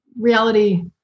reality